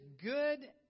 good